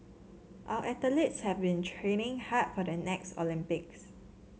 our athletes have been training hard for the next Olympics